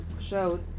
showed